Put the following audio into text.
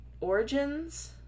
origins